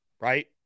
right